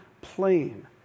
plain